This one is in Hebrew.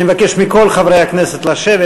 אני מבקש מכל חברי הכנסת לשבת.